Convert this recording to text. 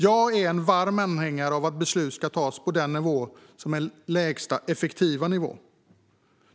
Jag är en varm anhängare av att beslut ska tas på den nivån som är lägsta effektiva nivå.